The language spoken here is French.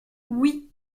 oui